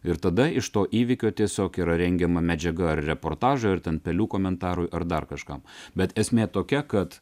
ir tada iš to įvykio tiesiog yra rengiama medžiaga ar reportažą ar ten pelių komentarui ar dar kažkam bet esmė tokia kad